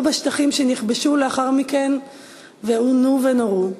בשטחים שנכבשו לאחר מכן ועונו ונורו.